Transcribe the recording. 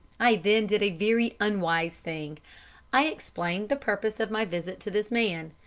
i then did a very unwise thing i explained the purpose of my visit to this man,